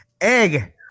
egg